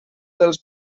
dels